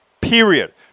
period